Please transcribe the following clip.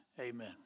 Amen